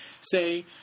say